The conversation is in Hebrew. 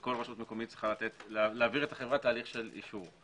שכל רשות מקומית צריכה להעביר את החברה תהליך של אישור.